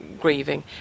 grieving